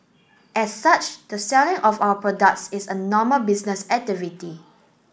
as such the selling of our products is a normal business activity